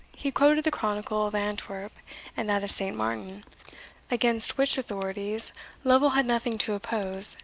he quoted the chronicle of antwerp and that of st. martin against which authorities lovel had nothing to oppose,